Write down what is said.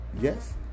Yes